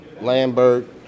Lambert